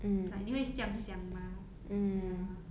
like 你会一直这样想吗 ya